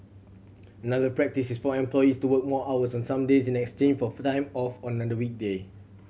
another practice is for employees to work more hours on some days in exchange for time off on another weekday